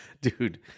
dude